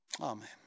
Amen